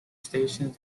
stations